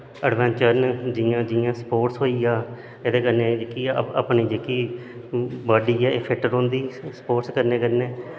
adventure न जि'यां sports होई गेआ एह्दे कन्नै अपनी जेह्की बॉड्डी ऐ एह् फिट्ट रौंह्दी स्पोटस कन्नै कन्नै